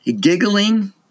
giggling